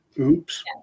Oops